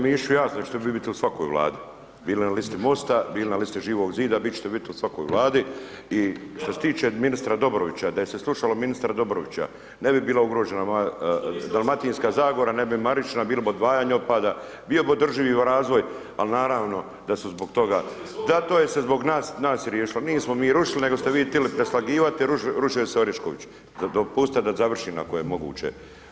Meni je kolega Mišiću jasno hoćete li vi biti u svakoj Vladi, bili na listi MOST-a, bili na listi Živog Zida, vi ćete biti u svakoj Vladi i što se tiče ministra Dobrovića, da je se slušalo ministra Dobrovića, ne bi bila ugrožena moja Dalmatinska Zagora, ne bi Marična, bili bi odvajanje otpada, bio bi održivi razvoj, ali naravno, da su zbog toga, da to je se zbog nas, nas riješilo, nismo mi rušili, nego ste vi tili preslagivati, rušio se Orešković, dopustite da završim ako je moguće.